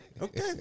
Okay